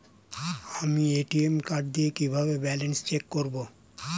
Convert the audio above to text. আমি ATM card দিয়ে কিভাবে ব্যালেন্স চেক করব?